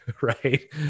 Right